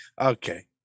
okay